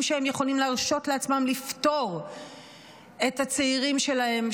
שהם יכולים להרשות לעצמם לפטור את הצעירים שלהם,